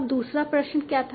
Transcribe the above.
अब दूसरा प्रश्न क्या था